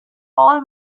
paul